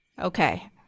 okay